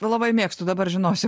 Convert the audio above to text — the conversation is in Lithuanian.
labai mėgstu dabar žinosiu